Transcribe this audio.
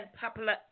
popular